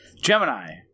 Gemini